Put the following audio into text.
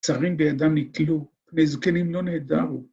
שרים בידם נתלו, פני זקנים לא נהדרו